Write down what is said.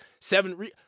seven